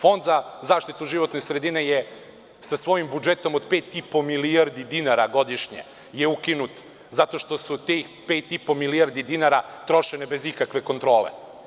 Fond za zaštitu životne sredine je sa svojim budžet od 5,5 milijardi dinara godišnje ukinut zato što su tih 5,5 milijardi dinara trošeni bez ikakve kontrole.